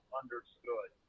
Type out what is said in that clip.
understood